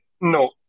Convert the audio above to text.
no